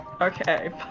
Okay